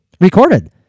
recorded